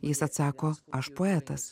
jis atsako aš poetas